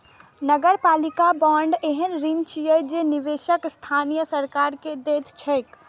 नगरपालिका बांड एहन ऋण छियै जे निवेशक स्थानीय सरकार कें दैत छैक